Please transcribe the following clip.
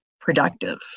productive